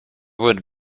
would